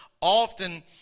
often